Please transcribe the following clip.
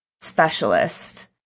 specialist